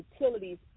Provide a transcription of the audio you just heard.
utilities